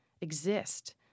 exist